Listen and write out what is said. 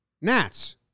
Nats